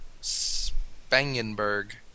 Spangenberg